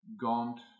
gaunt